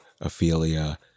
Ophelia